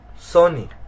Sony